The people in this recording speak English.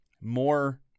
more